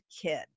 kid